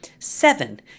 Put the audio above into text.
Seven